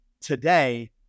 Today